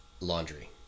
laundry